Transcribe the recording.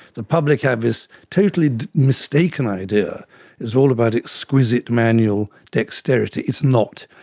the public have this totally mistaken idea it's all about exquisite manual dexterity. it's not,